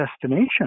destination